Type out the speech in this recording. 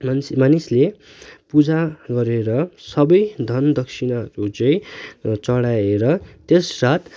मान्छे मानिसले पूजा गरेर सबै धन दक्षिणाहरू चाहिँ चडाएर त्यस रात